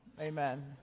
Amen